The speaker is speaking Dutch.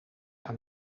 aan